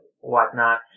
whatnot